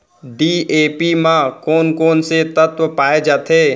DAP म कोन कोन से तत्व पाए जाथे?